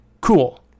cool